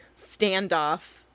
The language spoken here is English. standoff